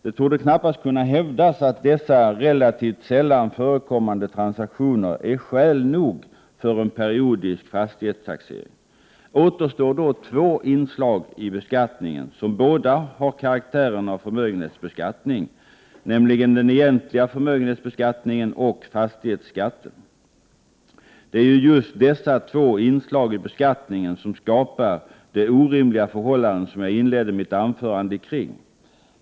Det torde knappast kunna hävdas att dessa relativt sällan förekommande transaktioner är skäl nog för en periodisk fastighetstaxering. Återstår då två inslag i beskattningen, som båda har karaktären av förmögenhetsbeskattning, nämligen den egentliga förmögenhetsbeskattningen och fastighetsskatten. Det är ju just dessa två inslag i beskattningen som skapar de orimliga förhållanden som jag inledde mitt anförande ikring.